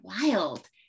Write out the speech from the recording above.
wild